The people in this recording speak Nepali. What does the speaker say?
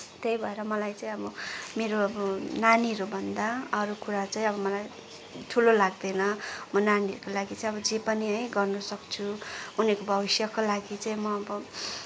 त्यही भएर मलाई चाहिँ अब मेरो अब नानीहरूभन्दा अरू कुरा चाहिँ अब मलाई ठुलो लाग्दैन म नानीहरूको लागि अब जे पनि है गर्न सक्छु उनीहरूको भविष्यको लागि चाहिँ म अब